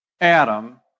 Adam